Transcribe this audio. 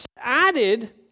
added